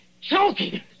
choking